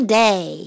day